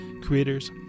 creators